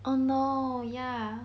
oh no ya